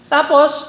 Tapos